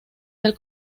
del